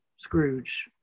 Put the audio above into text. Scrooge